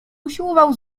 usiłował